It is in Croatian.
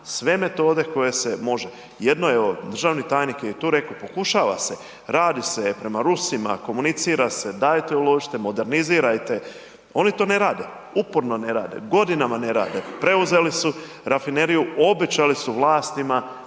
sve metode koje se može, jedno je ovo, državni tajnik je tu rekao, pokušava se, radi se prema Rusima, komunicira se, dajte uložite, modernizirajte, oni to ne rade, uporno ne rade, godinama ne rade, preuzeli su rafineriju, obećali su vlastima